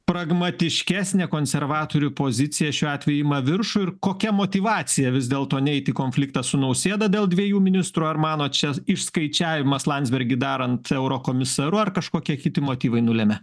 pragmatiškesnė konservatorių pozicija šiuo atveju ima viršų ir kokia motyvacija vis dėlto neit į konfliktą su nausėda dėl dviejų ministrų ar manot čia išskaičiavimas landsbergį darant eurokomisaru ar kažkokia kiti motyvai nulėmė